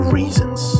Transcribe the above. reasons